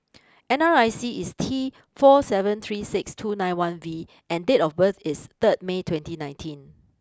N R I C is T four seven three six two nine one V and date of birth is third May twenty nineteen